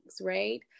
Right